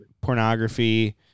pornography